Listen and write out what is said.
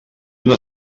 una